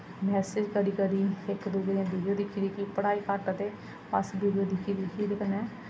message करी करी इक दूए दियां वीडियो दिक्खी दिक्खी पढ़ाई घट्ट ते बस वीडियो दिक्खी दिक्खी ते कन्नै